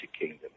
Kingdom